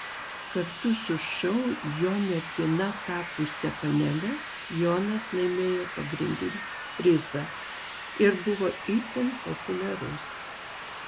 kartu su šou jo mergina tapusia panele jonas laimėjo pagrindinį prizą ir buvo itin populiarus